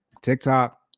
TikTok